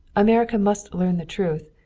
america must learn the truth,